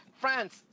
France